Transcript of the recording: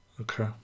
Okay